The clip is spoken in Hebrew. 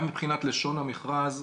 גם מבחינת לשון המכרז,